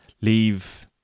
leave